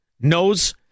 knows